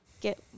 get